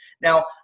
Now